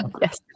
Yes